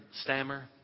stammer